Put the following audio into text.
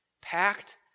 Packed